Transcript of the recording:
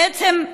בעצם,